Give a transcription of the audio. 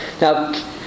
now